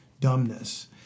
dumbness